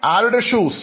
ആരുടെ ഷൂസ്